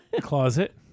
closet